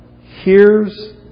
hears